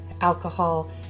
alcohol